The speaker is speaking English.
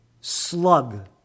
slug